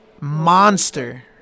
monster